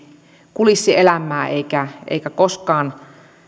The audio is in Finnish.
kulissielämää eikä eikä koskaan